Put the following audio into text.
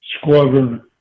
squadron